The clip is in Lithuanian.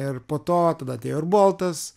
ir po to tada atėjo ir boltas